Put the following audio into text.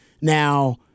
now